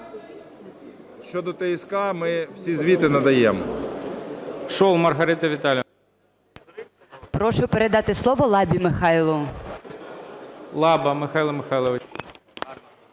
Щодо ТСК, ми всі звіти надаємо.